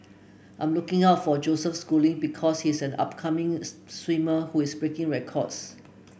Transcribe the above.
I'm looking out for Joseph Schooling because he is an upcoming swimmer who is breaking records